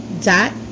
dot